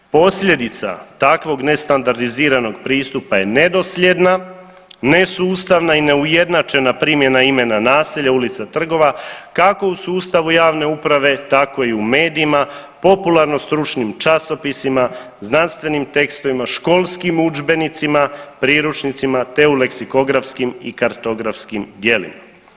Posljedica takvog nestandardiziranog pristupa je nedosljedna, nesustavna i neujednačena primjena imena naselja, ulica i trgova kako u sustavu javne uprave tako i u medijima, popularno stručnim časopisima, znanstvenim tekstovima, školskim udžbenicima, priručnicima, te u leksikografskim i kartografskim dijelima.